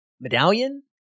medallion